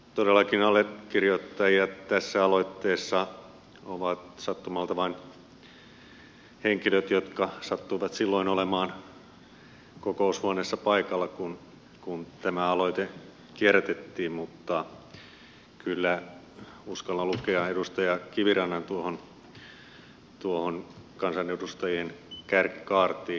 todellakin allekirjoittajia tässä aloitteessa ovat sattumalta vain henkilöt jotka sattuivat silloin olemaan kokoushuoneessa paikalla kun tämä aloite kierrätettiin mutta kyllä uskallan lukea edustaja kivirannan tuohon kansanedustajien kärkikaartiin